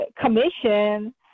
Commission